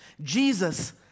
Jesus